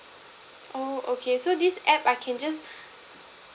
oh okay so this app I can just